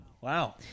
Wow